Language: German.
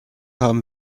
haben